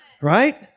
Right